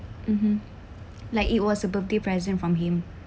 mmhmm like it was a birthday present from him